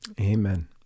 Amen